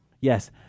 Yes